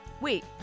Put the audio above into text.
wait